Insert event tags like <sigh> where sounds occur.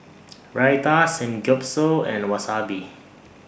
<noise> Raita Samgeyopsal and Wasabi